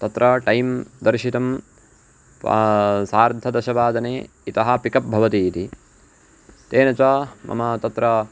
तत्र टैं दर्शितं सार्धदशवादने इतः पिकप् भवति इति तेन च मम तत्र